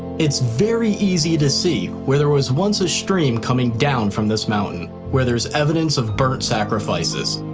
it's very easy to see where there was once a stream coming down from this mountain where there's evidence of burnt sacrifices.